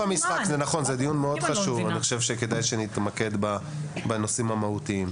מאוד חשוב ואני מציע שנתמקד בנושאים המהותיים.